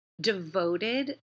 devoted